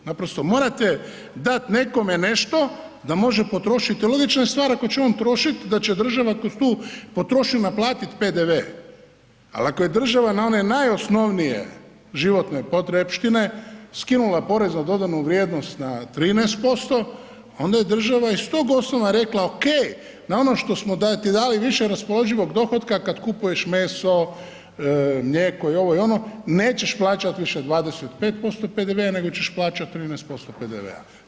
Naprosto morate dati nekome nešto da može potrošiti jer logična je stvar, ako će on trošiti da će država kroz tu potrošnju naplatiti PDV, ali ako je država na one najosnovnije životne potrepštine skinula porez na dodanu vrijednost na 13%, onda je država iz tog osnova rekla, okej, na ono što smo ti dali više raspoloživog dohotka kad kupuješ meso, mlijeko i ovo i ono nećeš plaćati više 25% PDV-a, nego ćeš plaćati 13% PDV-a.